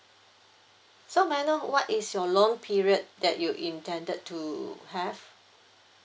so may I know what is your loan period that you intended to have